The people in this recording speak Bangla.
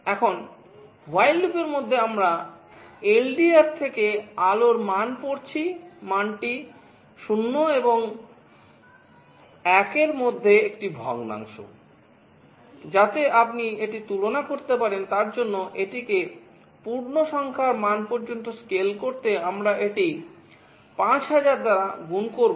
এখন while লুপের মধ্যে আমরা এলডিআর সংরক্ষণ করব